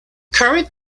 current